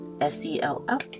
S-E-L-F